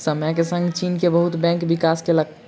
समय के संग चीन के बहुत बैंक विकास केलक